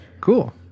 cool